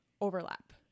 overlap